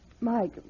Mike